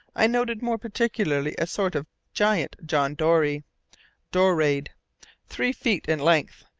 i noted more particularly a sort of giant john dory dorade three feet in length,